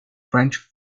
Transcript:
french